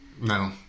No